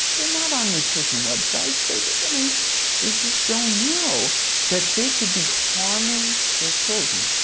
they're not on nutrition websites, they i mean they just don't know that they could be harming their children.